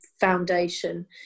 Foundation